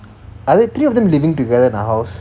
are the three of them living together in a house